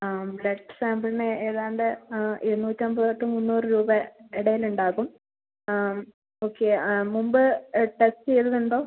ആ ബ്ലഡ് സാമ്പിളിന് ഏതാണ്ട് ഇരുന്നൂറ്റമ്പത് തൊട്ട് മുന്നൂറ് രൂപ ഇടയിൽ ഉണ്ടാകും ഓക്കെ മുമ്പ് ടെസ്റ്റ് ചെയ്തത് ഉണ്ടോ